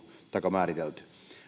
määritelty